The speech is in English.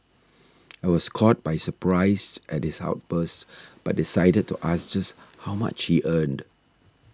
I was caught by surprise at his outburst but decided to ask just how much he earned